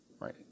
Right